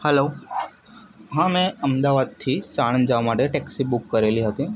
હાલો હા મેં અમદાવાદથી સાણંદ જવા માટે ટેક્સી બુક કરેલી હતી